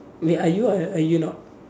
wait are you or are you not